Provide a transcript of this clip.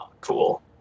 cool